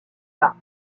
pas